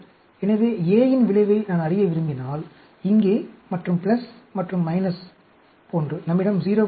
எனவே A யின் விளைவை நான் அறிய விரும்பினால் இங்கே மற்றும் பிளஸ் மற்றும் மைனஸ் போன்று நம்மிடம் 0 வும் உள்ளது